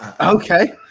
okay